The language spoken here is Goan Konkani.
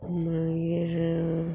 मागीर